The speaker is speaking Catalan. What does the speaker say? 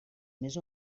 més